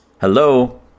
Hello